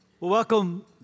Welcome